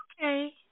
okay